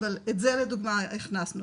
אבל את זה לדוגמא הכנסנו,